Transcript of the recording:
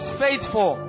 faithful